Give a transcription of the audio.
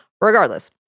Regardless